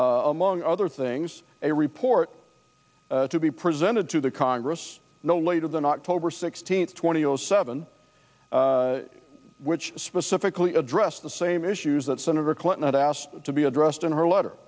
among other things a report to be presented to the congress no later than october sixteenth twenty zero seven which specifically addressed the same issues that senator clinton had asked to be addressed in her letter